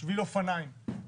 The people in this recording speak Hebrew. שביל אופניים.